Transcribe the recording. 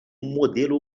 modelo